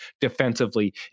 defensively